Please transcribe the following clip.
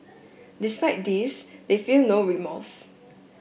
despite this they feel no remorse